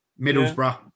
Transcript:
Middlesbrough